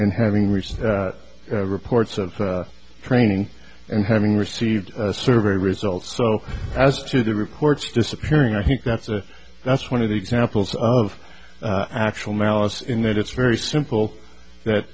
and having recent reports of training and having received a survey results so as to the reports disappearing i think that's a that's one of the examples of actual malice in that it's very simple that